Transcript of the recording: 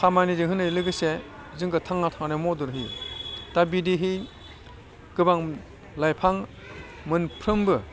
खामानिजों होनाय लोगोसे जोंखौ थांना थानायाव मदद होयो दा बिदिहै गोबां लाइफां मोनफ्रोमबो